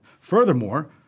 Furthermore